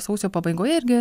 sausio pabaigoje irgi